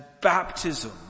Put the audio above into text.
baptism